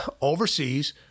overseas